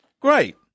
Great